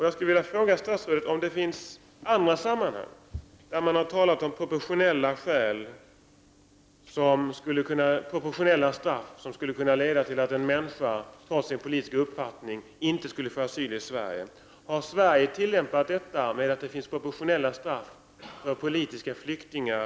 Jag skulle vilja fråga statsrådet om det i andra sammanhang har talats om proportionerligt straff, som skulle kunna leda till att en människa trots sin politiska uppfattning inte får asyl i Sverige. Har Sverige i andra sammanhang tillämpat skälet proportionerligt straff för politiska flyktingar?